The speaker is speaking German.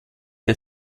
der